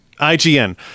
IGN